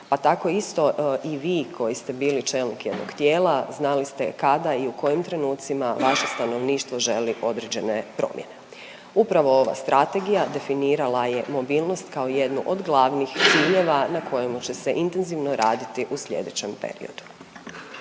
pa tako isto i vi koji ste bili čelik jednog tijela znali ste kada i u kojim trenucima vaše stanovništvo želi određene promjene. Upravo ova strategija definirala je mobilnost kao jednu od glavnih ciljeva na kojemu će se intenzivno raditi u slijedećem periodu.